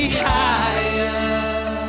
higher